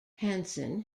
hansen